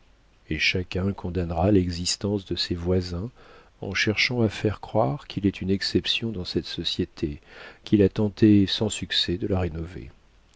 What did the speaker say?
et chacun condamnera l'existence de ses voisins en cherchant à faire croire qu'il est une exception dans cette société qu'il a tenté sans succès de la